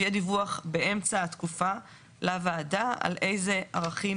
שיהיה דיווח באמצע התקופה לוועדה על איזה ערכים